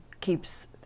keeps